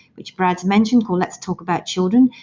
which brad's mentioned called, let's talk about children,